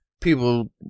people